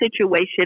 situation